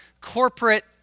corporate